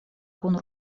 kun